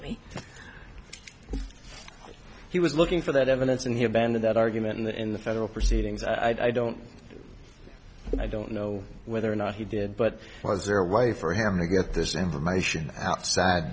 me he was looking for that evidence and he abandoned that argument in the in the federal proceedings i don't i don't know whether or not he did but was there a way for him to get this information out